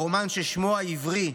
הרומן ששמו העברי,